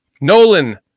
Nolan